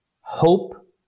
hope